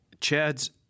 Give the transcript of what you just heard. Chad's